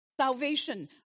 Salvation